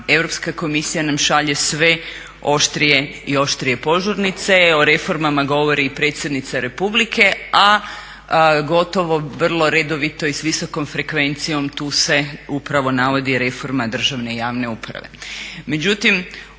Europska komisija nam šalje sve oštrije i oštrije požurnice. O reformama govori i Predsjednica Republike a gotovo vrlo redovito i s visokom frekvencijom tu se upravo navodi reforma državne i javne uprave.